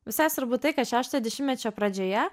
visai svarbu tai kad šeštojo dešimtmečio pradžioje